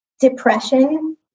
depression